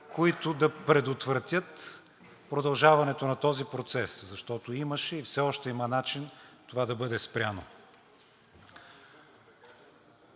които да предотвратят продължаването на този процес, защото имаше и все още има начин това да бъде спряно.